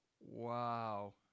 Wow